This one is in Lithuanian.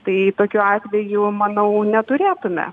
tai tokių atvejų manau neturėtume